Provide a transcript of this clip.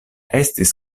estis